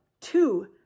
two